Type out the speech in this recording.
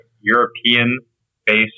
European-based